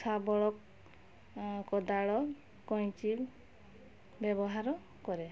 ଶାବଳ କୋଦାଳ କଇଁଚି ବ୍ୟବହାର କରେ